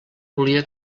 volia